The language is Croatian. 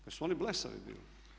Jesu oni blesavi bili?